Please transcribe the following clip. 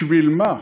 בשביל מה?